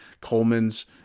Coleman's